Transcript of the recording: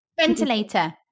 ventilator